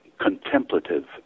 contemplative